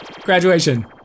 Graduation